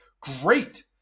great